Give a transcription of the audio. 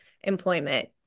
employment